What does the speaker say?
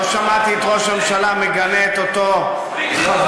לא שמעתי את ראש הממשלה מגנה את אותו חבר.